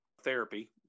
therapy